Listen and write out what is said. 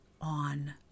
on